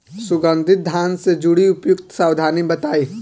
सुगंधित धान से जुड़ी उपयुक्त सावधानी बताई?